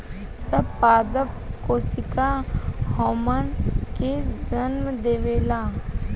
सब पादप कोशिका हार्मोन के जन्म देवेला